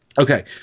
Okay